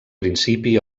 principi